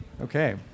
Okay